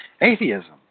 atheism